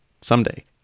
someday